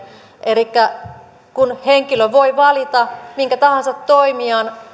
elikkä kun henkilö voi valita minkä tahansa toimijan